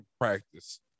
practice